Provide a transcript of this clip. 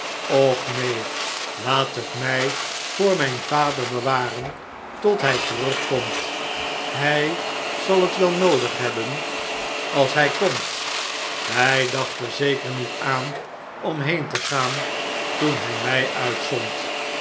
och neen laat het mij voor mijn vader bewaren tot hij terugkomt hij zal het wel noodig hebben als hij komt hij dacht er zeker niet aan om heen te gaan toen hij mij